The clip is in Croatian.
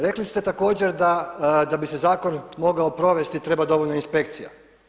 Rekli ste također da bi se zakon mogao provesti treba dovoljno inspekcija.